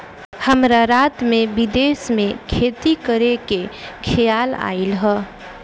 हमरा रात में विदेश में खेती करे के खेआल आइल ह